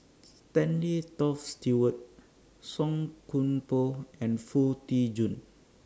Stanley Toft Stewart Song Koon Poh and Foo Tee Jun